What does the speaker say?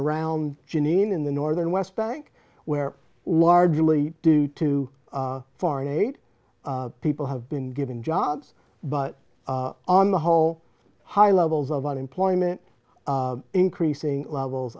around janine in the northern west bank where largely due to foreign aid people have been given jobs but on the whole high levels of unemployment increasing levels